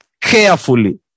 carefully